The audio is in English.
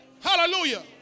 Hallelujah